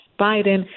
Biden